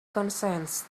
consents